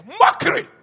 mockery